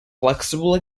flexible